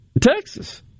Texas